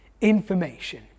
information